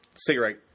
Cigarette